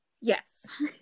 Yes